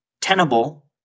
tenable